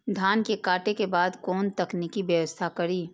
धान के काटे के बाद कोन तकनीकी व्यवस्था करी?